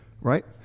Right